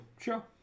Sure